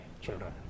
children